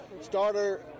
starter